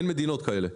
אין מדינות כאלה.